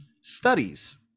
Studies